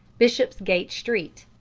bishopsgate street.